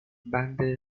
بند